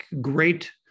great